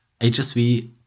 HSV